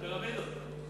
מהפירמידות.